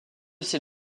ses